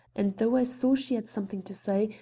and though i saw she had something to say,